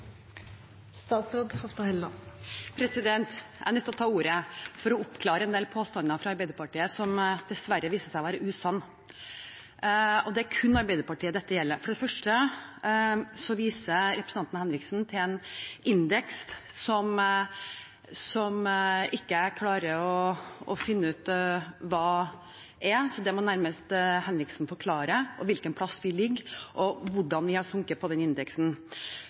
nødt til å ta ordet for å oppklare en del påstander fra Arbeiderpartiet som dessverre viste seg å være usanne, og det er kun Arbeiderpartiet dette gjelder. For det første viser representanten Henriksen til en indeks som jeg ikke klarer å finne ut hva er, så det må nesten Henriksen forklare – hvilken plass vi ligger på, og hvordan vi har sunket på den indeksen.